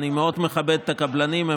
אני מאוד מכבד את הקבלנים,